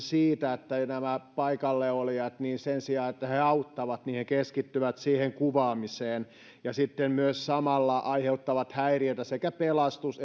siitä että paikallaolijat sen sijaan että he he auttaisivat keskittyvät siihen kuvaamiseen ja sitten myös samalla aiheuttavat häiriötä sekä pelastus